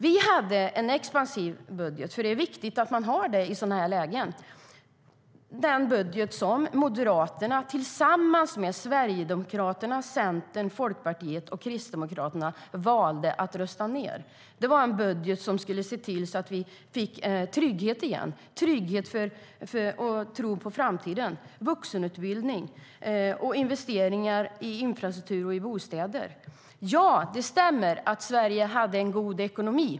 Vi hade en expansiv budget. Det är viktigt att ha det i sådana här lägen. Den budget som Moderaterna tillsammans med Sverigedemokraterna, Centern, Folkpartiet och Kristdemokraterna valde att rösta ned var en budget som skulle ge trygghet och tro på framtiden igen, vuxenutbildning och investeringar i infrastruktur och bostäder. Det stämmer att Sverige hade en god ekonomi.